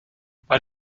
bei